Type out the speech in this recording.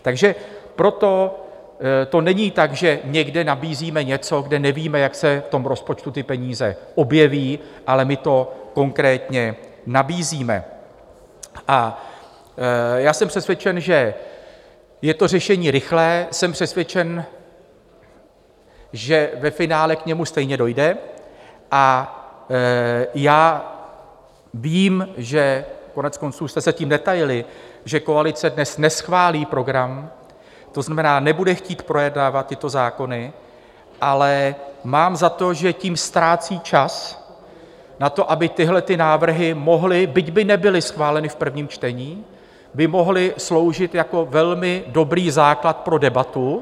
Takže proto to není tak, že někde nabízíme něco, kde nevíme, jak se v tom rozpočtu ty peníze objeví, ale my to konkrétně nabízíme a jsem přesvědčen, že je to řešení rychlé, jsem přesvědčen, že ve finále k němu stejně dojde, a já vím, že koneckonců už jste se tím netajili koalice dnes neschválí program, to znamená nebude chtít projednávat tyto zákony, ale mám za to, že tím ztrácí čas na to, aby tyhle návrhy mohly, byť by nebyly schváleny v prvním čtení, sloužit jako velmi dobrý základ pro debatu.